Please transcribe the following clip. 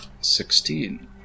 Sixteen